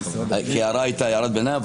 כי ההערה הייתה הערת ביניים.